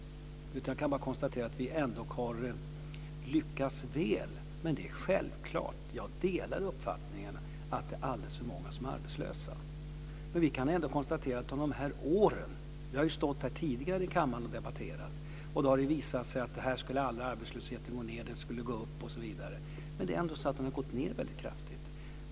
Jag kan bara konstatera att vi ändå har lyckats väl. Men självklart, jag delar den uppfattningen, är det alldeles för många som är arbetslösa. Vi kan ändå konstatera att de här åren - jag har stått här tidigare i kammaren och debatterat - har jag fått höra att arbetslösheten aldrig skulle gå ned, den skulle gå upp. Men den har ändå gått ned väldigt kraftigt.